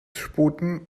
sputen